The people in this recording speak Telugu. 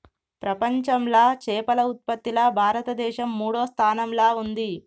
ప్రపంచంలా చేపల ఉత్పత్తిలా భారతదేశం మూడో స్థానంలా ఉంది